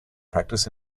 practice